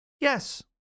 yes